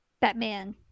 Batman